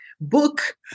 book